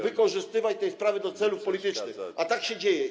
wykorzystywać tej sprawy do celów politycznych, a tak się dzieje.